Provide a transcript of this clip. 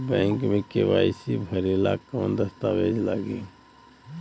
Bank मे KYC भरेला कवन दस्ता वेज लागी?